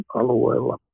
alueella